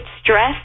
stress